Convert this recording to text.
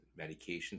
medications